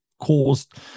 caused